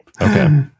Okay